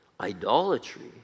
idolatry